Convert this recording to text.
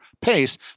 pace